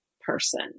person